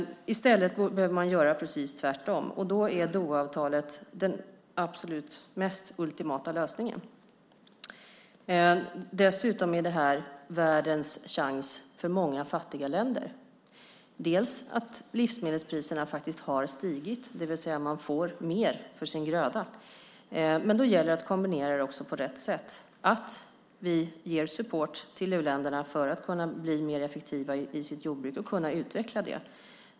I stället behöver man göra precis tvärtom, och då är Dohaavtalet den absolut ultimata lösningen. Dessutom är det här världens chans för många fattiga länder, delvis genom att livsmedelspriserna har stigit och man alltså får mer för sin gröda, men då gäller det också att kombinera på rätt sätt och att vi ger support till u-länderna för att de ska kunna bli mer effektiva i sitt jordbruk och kunna utveckla det.